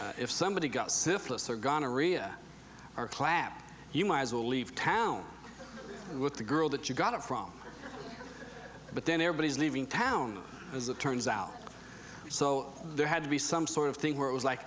if somebody got syphilis gonorrhea or clap you might as well leave town with the girl that you got it from but then everybody's leaving town as it turns out so there had to be some sort of thing where it was like